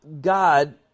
God